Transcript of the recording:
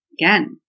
again